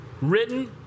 written